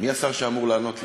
מי השר שאמור לענות לי?